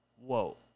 whoa